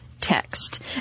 Text